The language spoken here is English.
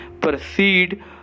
proceed